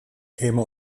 käme